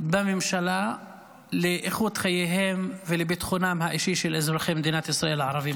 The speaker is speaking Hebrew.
בממשלה לאיכות חייהם וביטחונם האישי של אזרחי מדינת ישראל הערבים.